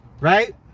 right